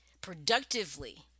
productively